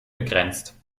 begrenzt